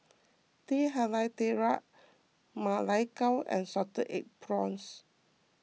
Teh Halia Tarik Ma Lai Gao and Salted Egg Prawns